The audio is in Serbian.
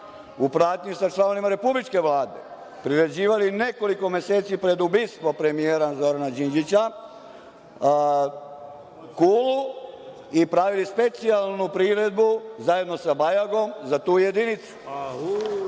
pratnji sa članovima Republičke vlade, priređivali nekoliko meseci pred ubistvo premijera Zorana Đinđića i pravili specijalnu priredbu zajedno sa Bajagom za tu jedinicu?